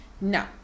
no